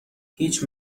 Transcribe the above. هیچ